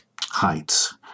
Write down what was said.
heights